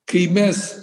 kai mes